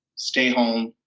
stay home.